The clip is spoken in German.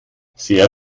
sehr